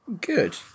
Good